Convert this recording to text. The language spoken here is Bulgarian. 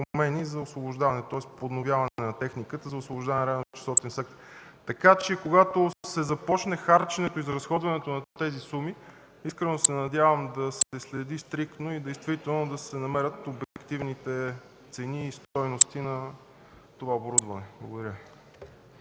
за освобождаване, тоест подновяване на техниката за освобождаване на радиочестотен сектор. Така че когато се започне харченето, изразходването на тези суми, искрено се надявам да се следи стриктно и да се намерят обективните цени, стойности на това оборудване. Благодаря